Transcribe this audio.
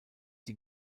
die